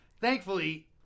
Thankfully